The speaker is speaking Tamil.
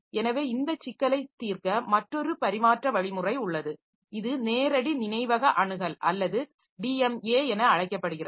எனவே இந்த சிக்கலை தீர்க்க மற்றொரு பரிமாற்ற வழிமுறை உள்ளது இது நேரடி நினைவக அணுகல் அல்லது டிஎம்ஏ என அழைக்கப்படுகிறது